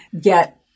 get